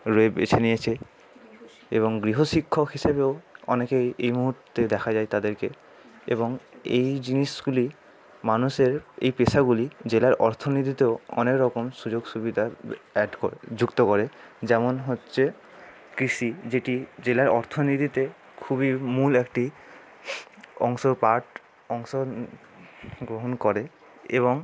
বেছে নিয়েছে এবং গৃহশিক্ষক হিসেবেও অনেকে এই মুহুর্তে দেখা যায় তাদেরকে এবং এই জিনিসগুলি মানুষের এই পেশাগুলি জেলার অর্থনীতিতেও অনেক রকম সুযোগ সুবিধা অ্যাড করে যুক্ত করে যেমন হচ্ছে কৃষি যেটি জেলার অর্থনীতিতে খুবই মূল একটি অংশ পার্ট অংশ গ্রহণ করে এবং